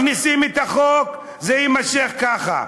אם לא מכניסים את החוק, זה יימשך ככה.